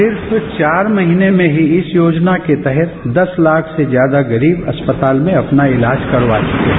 सिर्फ चार महीने में ही इस योजना के तहत दस लाख से ज्यादा गरीब अस्पताल में अपना इलाज करवा चुके है